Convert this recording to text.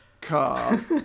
car